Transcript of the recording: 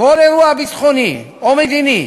כל אירוע ביטחוני או מדיני